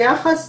ביחס